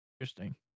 interesting